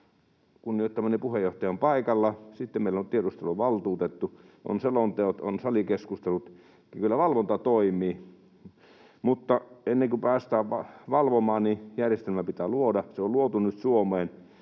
kunnioittamani puheenjohtaja on paikalla —, sitten meillä on tiedusteluvaltuutettu, on selonteot, on salikeskustelut. Kyllä valvonta toimii. Mutta ennen kuin päästään valvomaan, niin järjestelmä pitää luoda. Se on luotu nyt Suomeen,